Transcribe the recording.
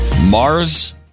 Mars